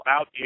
out